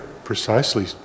Precisely